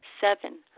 Seven